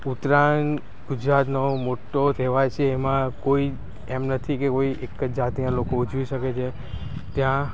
ઉત્તરાયણ ગુજરાતનો મોટો તહેવાર છે એમાં કોઈ એમ નથી કે કોઈ એક જ જાતિના લોકો ઉજવી શકે છે ત્યાં